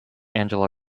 angela